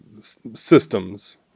systems